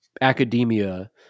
academia